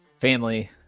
family